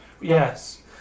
Yes